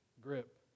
grip